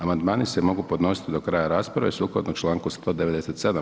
Amandmani se mogu podnositi do kraja rasprave sukladno čl. 197.